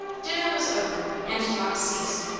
dinner was over, and talk ceased,